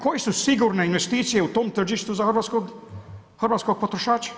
Koje su sigurne investicije u tom tržištu za hrvatskog potrošača?